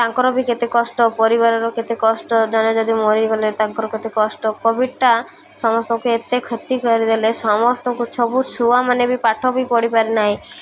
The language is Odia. ତାଙ୍କର ବି କେତେ କଷ୍ଟ ପରିବାରର କେତେ କଷ୍ଟ ଜଣେ ଯଦି ମରିଗଲେ ତାଙ୍କର କେତେ କଷ୍ଟ କୋଭିଡ଼ଟା ସମସ୍ତଙ୍କୁ ଏତେ କ୍ଷତି କରିଦେଲେ ସମସ୍ତଙ୍କୁ ସବୁ ଛୁଆମାନେ ବି ପାଠ ବି ପଢ଼ି ପାରି ନାହିଁ